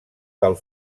del